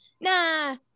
nah